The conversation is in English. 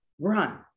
run